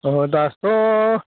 ओहो दाथ'